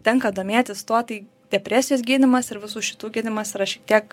tenka domėtis tuo tai depresijos gydymas ir visų šitų gydymas yra šiek tiek